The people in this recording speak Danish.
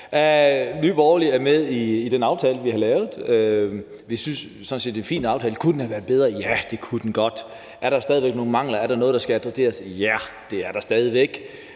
Nye Borgerlige er med i den aftale, der er lavet. Vi synes sådan set, det er en fin aftale. Kunne den have været bedre? Ja, det kunne den godt. Er der stadig væk nogle mangler? Er der noget, der skal adresseres? Ja, det er der stadig væk.